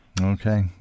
Okay